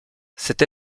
cette